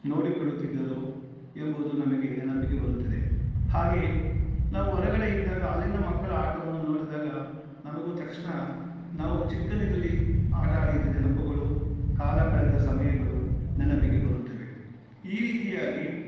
ನೋಡಿಕೊಳ್ಳುತ್ತಿದ್ದರು ಎಂಬುದು ನಮಗೆ ನೆನಪಿಗೆ ಬರುತ್ತದೆ ಹಾಗೇ ನಾವು ಹೊರಗಡೆ ಇದ್ದಾಗ ಅಲ್ಲಿನ ಮಕ್ಕಳ ಆಟವನ್ನು ನೋಡಿದಾಗ ನಮಗೂ ತಕ್ಷಣ ನಾವು ಚಿಕ್ಕಂದಿನಲ್ಲಿ ಆಟ ಆಡಿದ ನೆನಪುಗಳು ಕಾಲ ಕಳೆದ ಸಮಯಗಳು ನೆನಪಿಗೆ ಬರುತ್ತವೆ ಈ ರೀತಿಯಾಗಿ